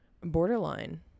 borderline